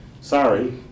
Sorry